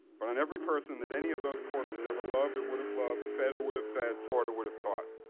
but on every person that any of those corpses ever loved or would have loved, fed or would have fed, taught or would have taught.